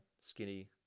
skinny